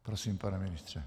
Prosím, pane ministře.